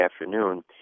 afternoon